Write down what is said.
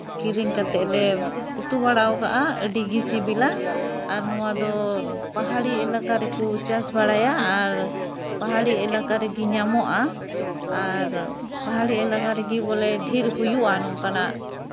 ᱠᱤᱨᱤᱧ ᱠᱟᱛᱮᱫ ᱞᱮ ᱩᱛᱩ ᱵᱟᱲᱟ ᱠᱟᱜᱼᱟ ᱟᱹᱰᱤᱜᱮ ᱥᱤᱵᱤᱞᱟ ᱟᱨ ᱱᱚᱣᱟᱫᱚ ᱯᱟᱦᱟᱲᱤ ᱮᱞᱟᱡᱟ ᱨᱮᱠᱚ ᱪᱟᱥ ᱵᱟᱲᱟᱭᱟ ᱟᱨ ᱯᱟᱦᱟᱲᱤ ᱮᱞᱟᱠᱟ ᱨᱮᱜᱮ ᱧᱟᱢᱚᱜᱼᱟ ᱟᱨ ᱯᱟᱦᱟᱲᱤ ᱮᱞᱟᱠᱟ ᱨᱮᱜᱮ ᱵᱚᱞᱮ ᱰᱷᱮᱨ ᱦᱩᱭᱩᱜᱼᱟ ᱱᱚᱝᱠᱟᱱᱟᱜ